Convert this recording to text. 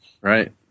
Right